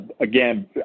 again